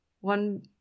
one